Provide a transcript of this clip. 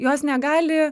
jos negali